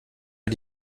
mir